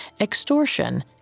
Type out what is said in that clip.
extortion